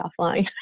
offline